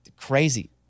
crazy